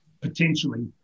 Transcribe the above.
potentially